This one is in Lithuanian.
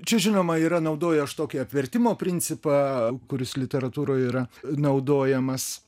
čia žinoma yra naudoju aš tokį apvertimo principą kuris literatūroj yra naudojamas